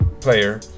player